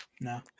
No